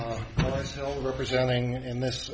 the representing in this